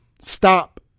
stop